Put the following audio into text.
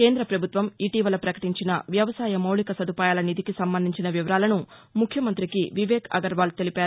కేంద పభుత్వం ఇటీవల పకటించిన వ్యవసాయ మౌలిక సదుపాయాల నిధికి సంబంధించిన వివరాలను ముఖ్యమంతికి వివేక్ అగర్వాల్ తెలిపారు